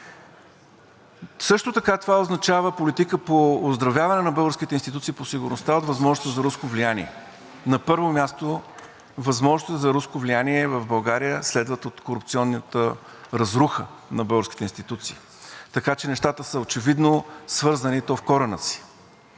Също така това означава политика по оздравяване на българските институции по сигурността от възможностите за руско влияние. На първо място, възможности за руско влияние в България следват от корупционната разруха на българските институции, така че нещата са очевидно свързани, и то в корена си.